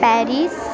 Paris